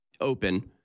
open